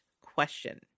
question